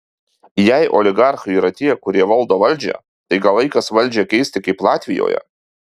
jei oligarchai yra tie kurie valdo valdžią tai gal laikas valdžią keisti kaip latvijoje